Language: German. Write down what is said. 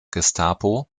gestapo